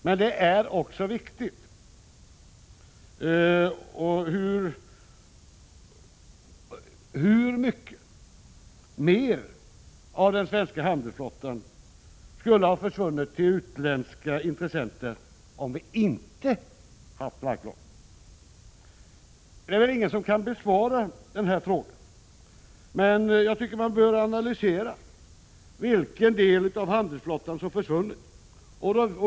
Men — och det är viktigt —: Hur mycket mer skulle ha försvunnit till utländska intressenter, om vi inte haft flagglagen? Ingen kan väl besvara frågan men man bör analysera vilken del av handelsflottan som försvunnit.